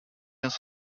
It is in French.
vient